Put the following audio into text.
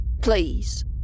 please